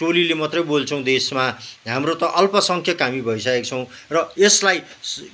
टोलीले मात्रै बोल्छौँ देशमा हाम्रो त अल्पसङ्ख्यक हामी भइसकेक छौँ र यसलाई